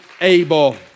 able